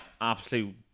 absolute